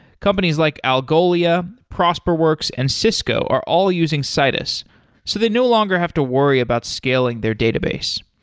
companies like algolia, prosperworks and cisco are all using citus so they no longer have to worry about scaling their database.